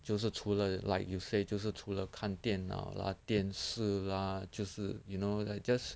就是除了 like you say 就是除了看电脑 lah 电视 lah 就是 you know like just